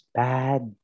bad